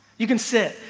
you can sit.